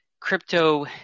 Crypto